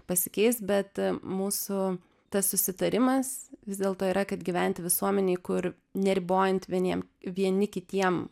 pasikeis bet mūsų tas susitarimas vis dėlto yra kad gyventi visuomenėj kur neribojant vieniem vieni kitiem